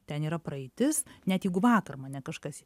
ten yra praeitis net jeigu vakar mane kažkas